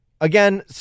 Again